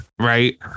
Right